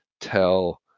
tell